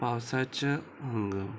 पावसाचें हांगा